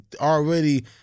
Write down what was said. already